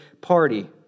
party